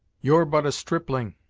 you're but a stripling,